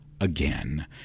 again